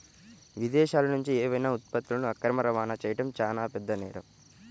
విదేశాలనుంచి ఏవైనా ఉత్పత్తులను అక్రమ రవాణా చెయ్యడం చానా పెద్ద నేరం